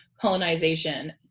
colonization